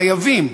חייבים.